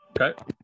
Okay